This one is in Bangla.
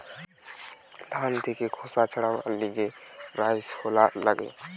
ধান থেকে খোসা ছাড়াবার লিগে রাইস হুলার লাগে